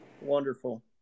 wonderful